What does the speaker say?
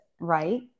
Right